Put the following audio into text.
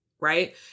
right